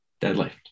Deadlift